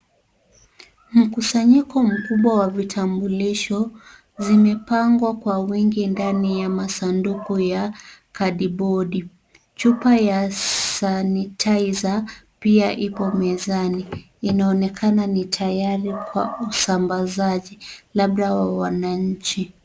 Mkusanyiko mkubwa wa vitambulisho zimepangwa kwa wingi ndani ya masanduku ya kadibodi. Chupa ya sanitizer pia ipo mezani. Inaonekana ni tayari kwa usambazaji, labda kwa wananchi.